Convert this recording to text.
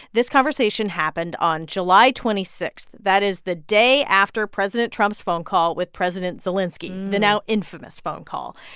this conversation happened on july twenty six. that is the day after president trump's phone call with president zelenskiy the now infamous phone call.